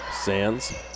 Sands